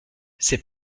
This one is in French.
c’est